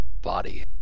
body